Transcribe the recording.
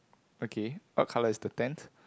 okay what colour is the tent